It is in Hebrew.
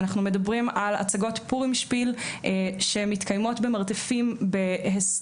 אנחנו מדברים על הצגות פורים שפיל שמתקיימות במרתפים בהסתר,